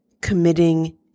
committing